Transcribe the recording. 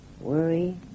worry